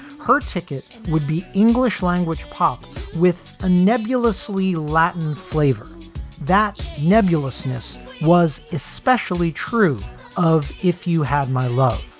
her ticket would be english language pop with a nebulously latin flavor that nebulous snus was especially true of if you have my love.